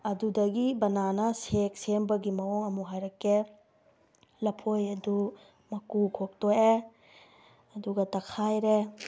ꯑꯗꯨꯗꯒꯤ banana shake ꯁꯦꯝꯕꯒꯤ ꯃꯑꯣꯡ ꯑꯃꯨꯛ ꯍꯥꯏꯔꯛꯀꯦ ꯂꯐꯣꯏ ꯑꯗꯨ ꯃꯀꯨ ꯈꯣꯛꯇꯣꯛꯑꯦ ꯑꯗꯨꯒ ꯇꯛꯈꯥꯏꯔꯦ